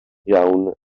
iawn